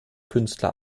künstler